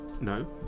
No